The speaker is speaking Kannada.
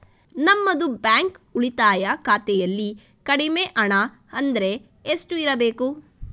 ನಮ್ಮದು ಬ್ಯಾಂಕ್ ಉಳಿತಾಯ ಖಾತೆಯಲ್ಲಿ ಕಡಿಮೆ ಹಣ ಅಂದ್ರೆ ಎಷ್ಟು ಇರಬೇಕು?